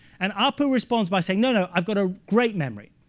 and apu responds by saying, no no, i've got a great memory.